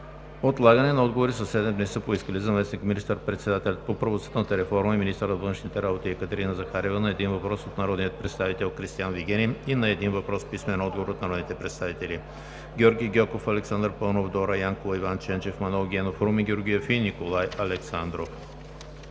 отлагане на отговори със седем дни са поискали: - заместник министър-председателят по правосъдната реформа и министър на външните работи Екатерина Захариева – на един въпрос от народния представител Кристиан Вигенин; и на един въпрос с писмен отговор от народните представители Георги Гьоков, Александър Паунов, Дора Янкова, Иван Ченчев, Манол Генов, Румен Георгиев и Николай Александров;